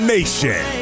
Nation